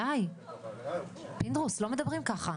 די, פינדרוס, לא מדברים ככה.